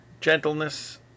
gentleness